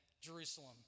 Jerusalem